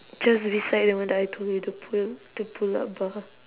just beside the one that I told you the pull the pull up bar